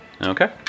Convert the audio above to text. Okay